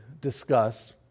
discuss